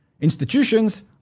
institutions